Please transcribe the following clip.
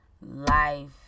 life